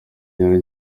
ijoro